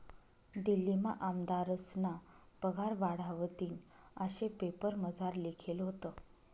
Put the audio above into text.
दिल्लीमा आमदारस्ना पगार वाढावतीन आशे पेपरमझार लिखेल व्हतं